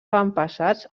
avantpassats